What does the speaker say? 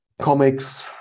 comics